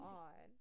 on